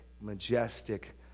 majestic